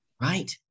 Right